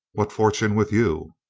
what fortune with you?